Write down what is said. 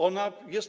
Ona jest